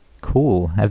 cool